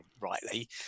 rightly